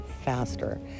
faster